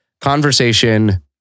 conversation